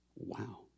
Wow